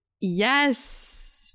Yes